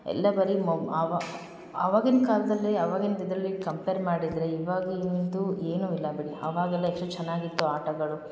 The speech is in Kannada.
ಎಲ್ಲ ಬರಿ ಮೊಬ್ ಆವಾ ಆವಾಗಿಂದ ಕಾಲದಲ್ಲೇ ಅವಾಗಿಂದ ಇದರಲ್ಲಿ ಕಂಪೇರ್ ಮಾಡಿದರೆ ಇವಾಗಿಂದು ಏನು ಇಲ್ಲ ಬಿಡಿ ಅವಾಗೆಲ್ಲ ಎಷ್ಟು ಚೆನ್ನಾಗಿತ್ತು ಆಟಗಳು